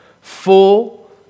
full